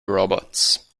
robots